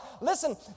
Listen